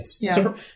Yes